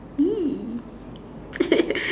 !ee!